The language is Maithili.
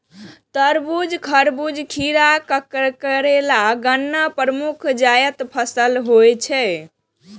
तरबूज, खरबूजा, खीरा, करेला, गन्ना प्रमुख जायद फसल होइ छै